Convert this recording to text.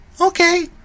Okay